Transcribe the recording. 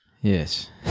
Yes